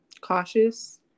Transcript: cautious